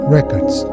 Records